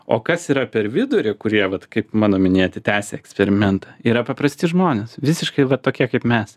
o kas yra per vidurį kurie vat kaip mano minėti tęsė eksperimentą yra paprasti žmonės visiškai va tokie kaip mes